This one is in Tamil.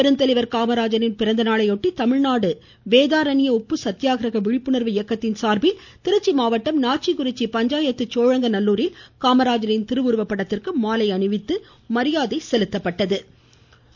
பெருந்தலைவர் காமராஜரின் பிறந்த நாளை ஒட்டி தமிழ்நாடு வேதாரண்ய உப்பு சத்தியாகிரக விழிப்புணர்வு இயக்கத்தின் சார்பில் திருச்சி மாவட்டம் நாச்சிகுறிச்சி பஞ்சாயத்து சோழங்க நல்லூரில் காமராஜரின் திருவுருவ படத்திற்கு மாலை அணிவித்து மரியாதை செலுத்தும் நிகழ்ச்சி இன்று நடைபெற்றது